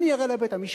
אני אראה לבית-המשפט,